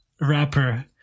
rapper